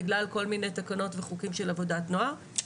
בגלל כל מיני תקנות וחוקים של עבודת נוער.